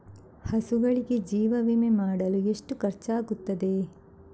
ಹಸುಗಳಿಗೆ ಜೀವ ವಿಮೆ ಮಾಡಲು ಎಷ್ಟು ಖರ್ಚಾಗುತ್ತದೆ?